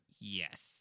Yes